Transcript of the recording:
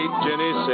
Jenny